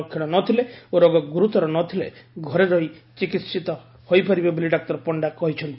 ଲକ୍ଷଶ ନ ଥିଲେ ଓ ରୋଗ ଗୁରୁତର ନ ଥିଲେ ଘରେ ରହି ଚିକିସା ହୋଇପାରିବ ବୋଲି ଡାକ୍ତର ପଶ୍ତା କହିଛନ୍ତି